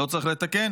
לא צריך לתקן.